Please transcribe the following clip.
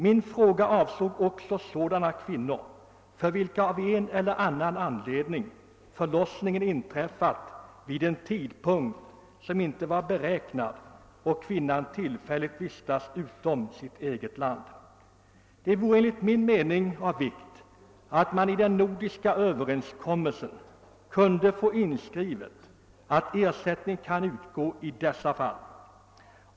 Min fråga avsåg även sådana kvinnor för vilka av en eller annan anled ning förlossningen inträffar vid en tidpunkt som inte varit beräknad och kvinnan tillfälligt vistas utanför sitt eget land. Det vore av vikt att man i den nordiska överenskommelsen finge inskrivet att ersättning kan utgå i dessa fall.